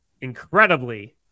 incredibly